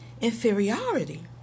inferiority